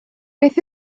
beth